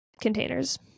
containers